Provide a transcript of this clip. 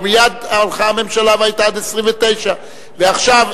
ומייד הלכה הממשלה והיתה עד 29. ועכשיו,